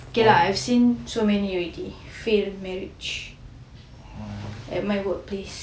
okay lah I've seen so many already failed marriage at my workplace